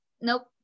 Nope